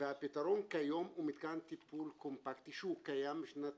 הפתרון כיום הוא מתקן טיפול קומפקטי שהוא קיים משנת